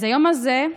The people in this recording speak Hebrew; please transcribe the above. אז היום הזה,